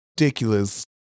ridiculous